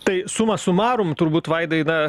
tai suma sumarum turbūt vaidai na